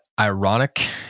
ironic